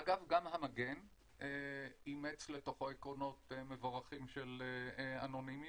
אגב גם ה"מגן" אימץ לתוכו עקרונות מבורכים של אנונימיות.